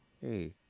Hey